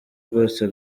rwose